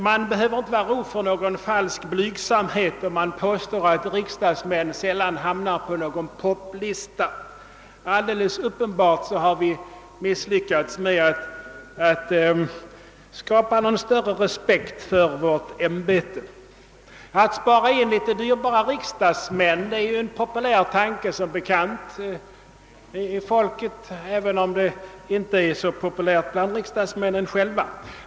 Man behöver inte vara rov för någon falsk blygsamhet om man påstår att riksdagsmän sällan hamnar på någon poplista. Alldeles uppenbart har vi misslyckats med att skapa någon större respekt för vårt ämbete. Att spara in några dyrbara riksdagsmän är som bekant en populär tanke bland folket, även om den inte är lika populär bland riksdagsmännen själva.